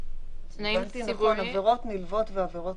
לגבי עבירות נלוות, עבריות